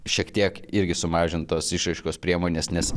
šiek tiek irgi sumažintos išraiškos priemonės nes